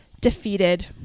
defeated